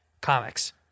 comics